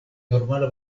normala